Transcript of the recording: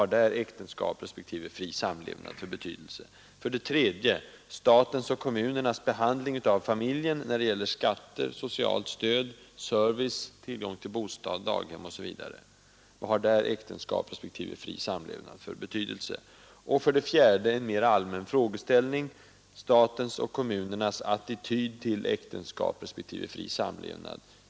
Vad har äktenskapet respektive fri samlevnad för betydelse för statens och kommunernas behandling när det gäller skatter, socialstöd, service, tillgång till bostad, daghem osv.? 4. En mera allmän frågeställning: Vilken är statens och kommunernas attityd till äktenskapet respektive fri samlevnad?